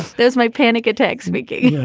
there's my panic attacks, vicky. yeah.